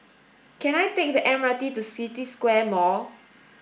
can I take the M R T to City Square Mall